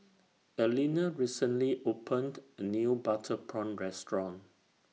Alena recently opened A New Butter Prawn Restaurant